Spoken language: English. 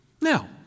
Now